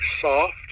soft